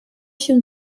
się